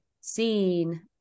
seen